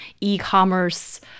e-commerce